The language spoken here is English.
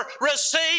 receive